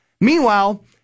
Meanwhile